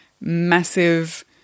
massive